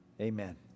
Amen